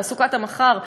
תעסוקת המחר.